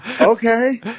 okay